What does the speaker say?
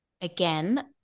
again